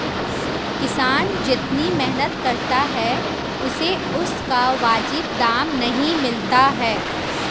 किसान जितनी मेहनत करता है उसे उसका वाजिब दाम नहीं मिलता है